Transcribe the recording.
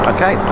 Okay